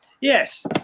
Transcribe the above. yes